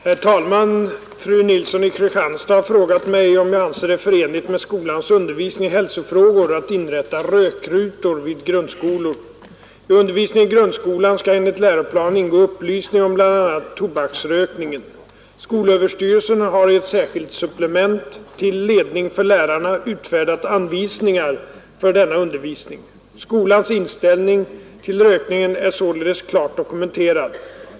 Herr talman! Fru Nilsson i Kristianstad har frågat mig om jag anser det förenligt med skolans undervisning i hälsofrågor att inrätta rökrutor vid grundskolor. I undervisningen i grundskolan skall enligt läroplanen ingå upplysning om bl.a. tobaksrökningen. Skolöverstyrelsen har i ett särskilt supplement till ledning för lärarna utfärdat anvisningar för denna undervisning. Skolans inställning till rökningen är således klart dokumenterad.